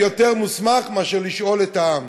אין יותר מוסמך מאשר לשאול את העם.